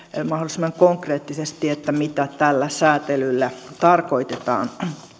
mahdollisimman konkreettisesti sitä mitä tällä säätelyllä tarkoitetaan